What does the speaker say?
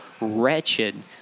wretched